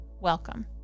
welcome